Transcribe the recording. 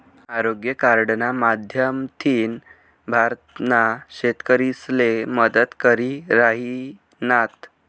आरोग्य कार्डना माध्यमथीन भारतना शेतकरीसले मदत करी राहिनात